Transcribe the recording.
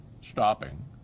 stopping